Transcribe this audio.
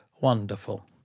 Wonderful